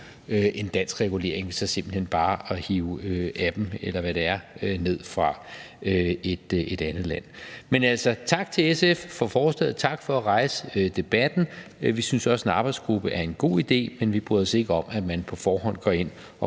en dansk regulering ved simpelt hen bare at hente app'en, eller hvad det er, ned fra et andet land. Men tak til SF for forslaget. Tak for at rejse debatten. Vi synes også, at en arbejdsgruppe er en god idé, men vi bryder os ikke om, at man på forhånd går ind og